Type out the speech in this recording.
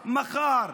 מחר,